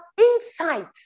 insight